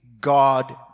God